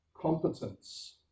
competence